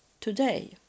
today